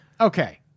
Okay